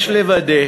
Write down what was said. יש לוודא